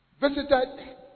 visited